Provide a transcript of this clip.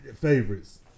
favorites